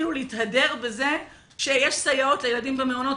כאילו להתהדר בזה שיש סייעות לילדים במעונות?